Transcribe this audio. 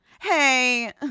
Hey